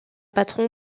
patron